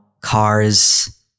cars